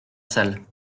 salle